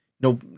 no